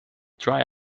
dry